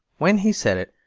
when he said it,